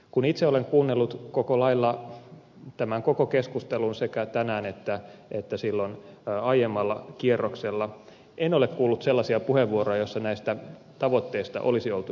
kun itse olen kuunnellut koko lailla tämän koko keskustelun sekä tänään että silloin aiemmalla kierroksella en ole kuullut sellaisia puheenvuoroja joissa näistä tavoitteista olisi oltu eri mieltä